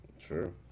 True